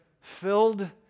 filled